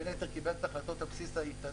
בין היתר קיבל את ההחלטות על בסיס האיתנות